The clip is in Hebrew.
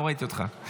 לא ראיתי אותך,